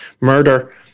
murder